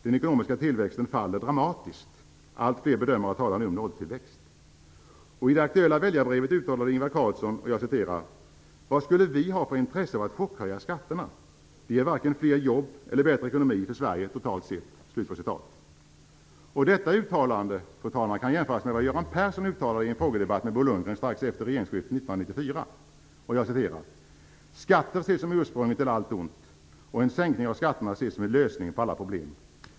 Den ekonomiska tillväxten faller dramatiskt. Allt fler bedömare talar nu om nolltillväxt. I det aktuella väljarbrevet uttalade Ingvar Carlsson: " Vad skulle vi ha för intresse av att chockhöja skatterna? Det ger varken fler jobb eller bättre ekonomi för Sverige totalt sett". Fru talman! Detta uttalande kan jämföras med vad Göran Persson uttalade i en frågedebatt med Bo Lundgren strax efter regeringsskiftet 1994: "Skatter skall ses som ursprunget till allt ont, och en sänkning av skatterna ses som lösningen på alla problem.